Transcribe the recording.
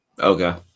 okay